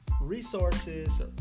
resources